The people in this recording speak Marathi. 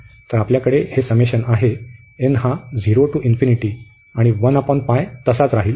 तर आपल्याकडे हे समेशन आहे n हा to आणि तसाच राहील